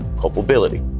culpability